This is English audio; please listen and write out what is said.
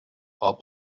all